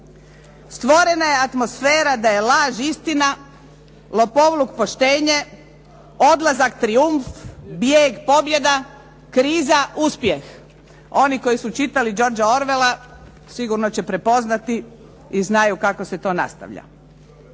stvorena je atmosfera da je laž istina, lopovluk poštenje, odlazak trijumf, bijeg pobjeda, kriza uspjeh. Oni koji su čitali Georgea Orwella sigurno će prepoznati i znaju kako se to nastavlja.